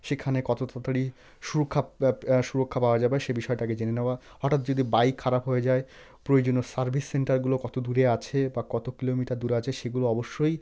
সেখানে কত তাড়াতাড়ি সুরক্ষা সুরক্ষা পাওয়া যাবে সে বিষয়টা আগে জেনে নেওয়া হঠাৎ যদি বাইক খারাপ হয়ে যায় প্রয়োজনীয় সার্ভিস সেন্টারগুলো কত দূরে আছে বা কত কিলোমিটার দূরে আছে সেগুলো অবশ্যই